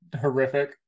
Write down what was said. horrific